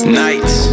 nights